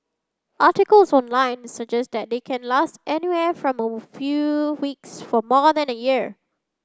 articles online suggest that they can last anywhere from a few weeks for more than a year